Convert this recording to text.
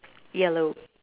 yellow